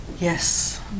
Yes